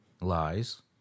lies